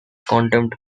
contempt